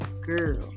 girl